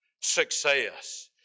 success